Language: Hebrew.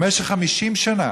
במשך 50 שנה